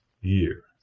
year